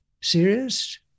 serious